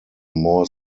more